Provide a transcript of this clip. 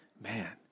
man